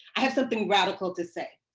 i have something radical to say.